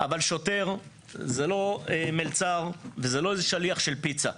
אבל שוטר זה לא מלצר וזה לא שליח של פיצה.